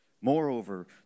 Moreover